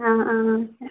ആ ആ